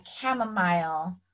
chamomile